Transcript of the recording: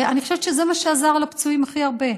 ואני חושבת שזה מה שעזר לפצועים הכי הרבה,